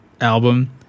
album